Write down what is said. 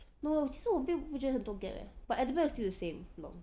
no 其实我并不觉得很多 gap eh but adabel is still the same lol